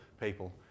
people